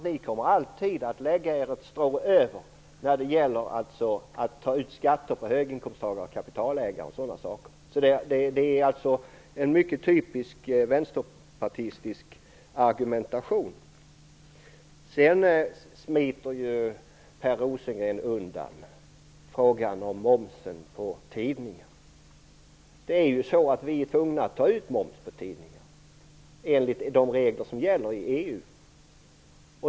Ni kommer alltid att lägga er ett strå över när det gäller att ta ut skatter på höginkomsttagare, kapitalägare och liknande. Det är en mycket typiskt vänsterpartistisk argumentation. Sedan smiter Per Rosengren undan frågan om momsen på tidningar. Vi är tvungna att ta ut moms på tidningar enligt de regler som gäller i EU.